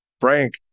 Frank